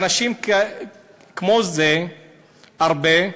אנשים כמו זה יש הרבה,